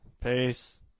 Peace